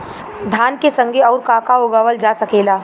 धान के संगे आऊर का का उगावल जा सकेला?